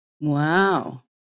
Wow